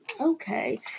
Okay